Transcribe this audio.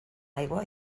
aigua